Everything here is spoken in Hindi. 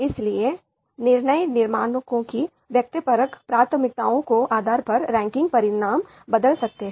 इसलिए निर्णय निर्माताओं की व्यक्तिपरक प्राथमिकताओं के आधार पर रैंकिंग परिणाम बदल सकते हैं